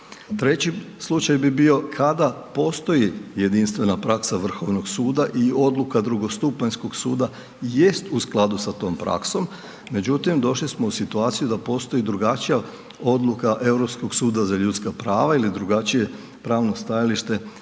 Treći slučaj bi bio kada postoji jedinstvena praksa Vrhovnog suda i odluka drugostupanjskog suda jest u skladu sa tom praksom, međutim došli smo u situaciju da postoji drugačija odluka Europskog suda za ljudska prava ili drugačije pravno stajalište Suda